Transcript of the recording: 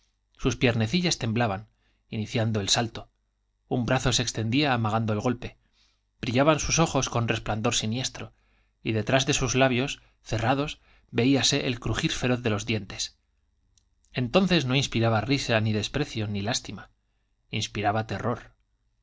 sus piernecillas temblaban iniciando el salto un brazo se extendía amagando el golpe brillaban sus ojos con resplandor siniestro y deúás de sus labios cerrados veíase el crujir feroz de los dientes entonces no inspiraba risa ni desprecio ni lástima inspiraba terror